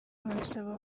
bisaba